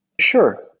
Sure